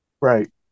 Right